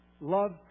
love